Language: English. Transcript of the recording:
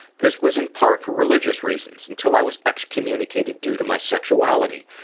this was in part for religious reasons until i was ex-communicated due to my sexuality.